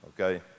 okay